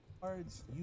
Cards